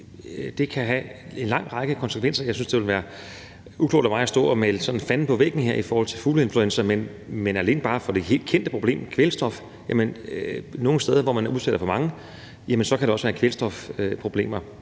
Det kan have en lang række konsekvenser. Jeg synes, at det ville være uklogt af mig at stå og sådan male fanden på væggen her i forhold til fugleinfluenza, men alene bare for det helt kendte problem, kvælstof, så kan der nogle steder, hvor man udsætter for mange, også være kvælstofproblemer.